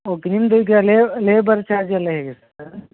okay ನಿಮ್ಮದು ಈಗ labour ಚಾರ್ಜೆಲ್ಲ ಹೇಗೆ ಸರ್